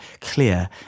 clear